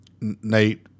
Nate